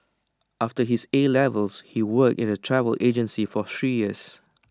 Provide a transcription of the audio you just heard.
after his A levels he worked in A travel agency for three years